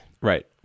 Right